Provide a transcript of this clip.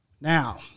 Now